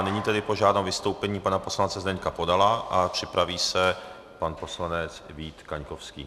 Nyní tedy požádám o vystoupení pana poslance Zdeňka Podala a připraví se pan poslanec Vít Kaňkovský.